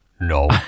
No